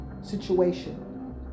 situation